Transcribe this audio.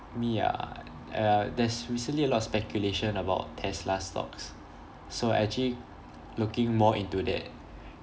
me ah uh there's recently a lot of speculation about tesla's stocks so I actually looking more into that